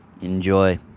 Enjoy